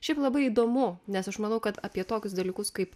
šiaip labai įdomu nes aš manau kad apie tokius dalykus kaip